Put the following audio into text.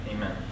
amen